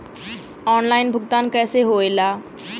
Online भुगतान कैसे होए ला?